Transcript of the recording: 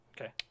Okay